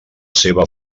seva